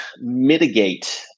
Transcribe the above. mitigate